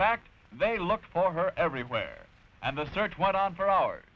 fact they looked for her everywhere and the search went on for hours